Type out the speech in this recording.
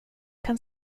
kan